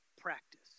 practice